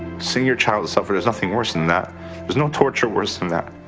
seeing your child suffer there's nothing worse than that there's no torture worse than that.